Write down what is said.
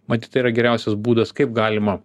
matyt tai yra geriausias būdas kaip galima